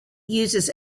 uses